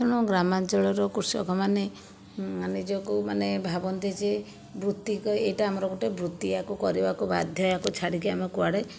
ତେଣୁ ଗ୍ରାମାଞ୍ଚଳର କୃଷକମାନେ ନିଜକୁ ମାନେ ଭାବନ୍ତି ଯେ ବୃତ୍ତି ଏହିଟା ଆମର ଗୋଟିଏ ବୃତ୍ତି ୟାକୁ କରିବାକୁ ବାଧ୍ୟ ୟାକୁ ଛାଡ଼ିକି ଆମେ କୁଆଡ଼େ